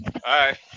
Hi